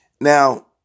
Now